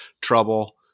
trouble